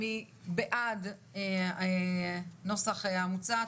מי בעד הנוסח המוצע,